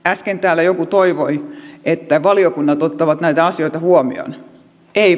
äsken täällä joku toivoi että valiokunnat ottavat näitä asioita huomioon